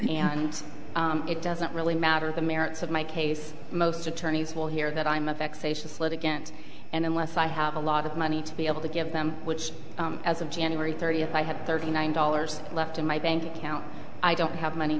and it doesn't really matter the merits of my case most attorneys will hear that i'm a vexatious litigant and unless i have a lot of money to be able to give them which as of january thirtieth i have thirty nine dollars left in my bank account i don't have money